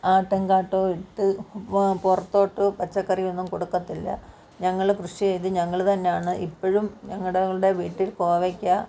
ആട്ടുംകാട്ടവും ഇട്ട് അപ്പോൾ പുറത്തോട്ടൂ പച്ചക്കറി ഒന്നും കൊടുക്കത്തില്ല ഞങ്ങൾ കൃഷി ചെയ്തു ഞങ്ങൾ തന്നെയാണ് ഇപ്പോഴും ഞങ്ങളുടെ ഇവിടെ വീട്ടിൽ കോവയ്ക്ക